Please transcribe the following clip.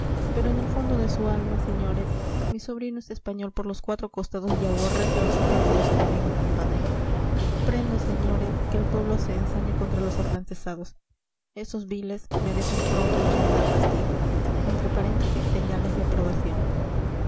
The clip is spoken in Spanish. pero en el fondo de su alma señores mi sobrino es español por los cuatro costados y aborrece a los pérfidos enemigos de la patria comprendo señores que el pueblo se ensañe contra los afrancesados esos viles merecen pronto y ejemplar castigo señales de aprobación pero respetemos la